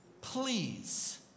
Please